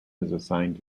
assigned